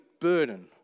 burden